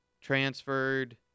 transferred